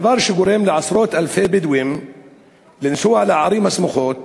הדבר גורם לעשרות אלפי בדואים לנסוע לערים הסמוכות,